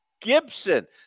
Gibson